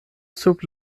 sub